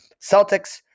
Celtics